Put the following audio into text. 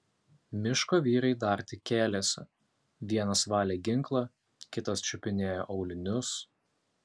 miško vyrai dar tik kėlėsi vienas valė ginklą kitas čiupinėjo aulinius